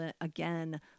again